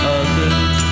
others